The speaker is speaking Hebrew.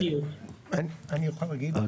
אני יכול להגיב?